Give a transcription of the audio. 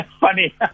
Funny